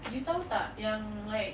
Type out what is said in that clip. you tahu tak yang like